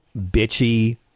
bitchy